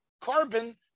carbon